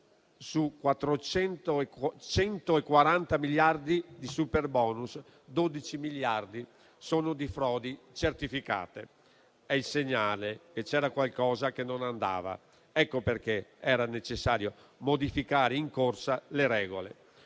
su 140 miliardi di superbonus 12 miliardi sono di frodi certificate. È il segnale che c'era qualcosa che non andava. Ecco perché era necessario modificare in corsa le regole.